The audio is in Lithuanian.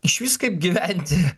išvis kaip gyventi